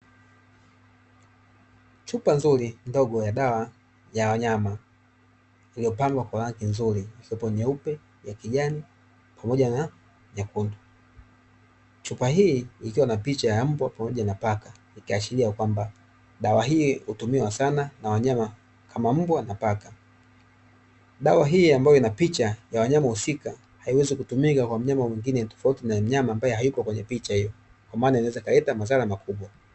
Chupa nzuri ndogo ya dawa ya wanyama iliyopambwa kwa rangi nzuri, ikiwepo: nyeupe, ya kijani pamoja na nyekundu. Chupa hii ikiwa na picha ya mbwa pamoja na paka, ikiashiria kwamba dawa hii hutumiwa sana na wanyama kama mbwa na paka. Dawa hii ambayo ina picha ya wanyama husika haiwezi kutumika kwa mnyama mwingine tofauti na mnyama ambaye hayuko kwenye picha hiyo, kwa maana inaweza ikaleta madhara makubwa.